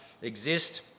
exist